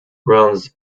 runs